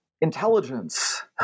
intelligence